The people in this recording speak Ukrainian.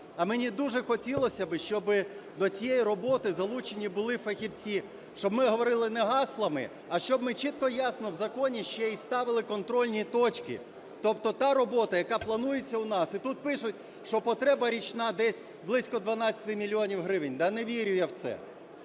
а мені дуже хотілося б, щоб до цієї роботи залучені були фахівці, щоб ми говорили не гаслами, а щоб ми чітко і ясно в законі ще й ставили контрольні точки. Тобто та робота, яка планується у нас... І тут пишуть, що потреба річна десь близько 12 мільйонів гривень. Да не вірю я в це.